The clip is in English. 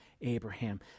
abraham